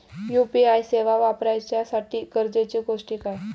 UPI सेवा वापराच्यासाठी गरजेचे गोष्टी काय?